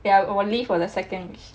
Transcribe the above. there are only for the seconds